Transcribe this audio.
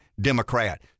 Democrat